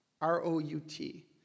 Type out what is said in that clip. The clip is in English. R-O-U-T